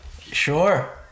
Sure